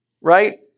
right